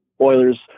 Oilers